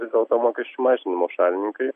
vis dėl to mokesčių mažinimo šalininkai